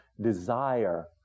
desire